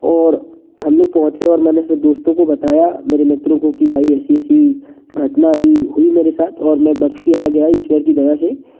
और हम लोग पहुँचे और मैंने फिर दोस्तों को बताया मेरे मित्रों को कि भाई ऐसी ऐसी घटना भी हुई मेरे साथ और मैं बच के आ गया ईश्वर की दया से